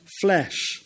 flesh